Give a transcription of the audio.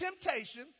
temptation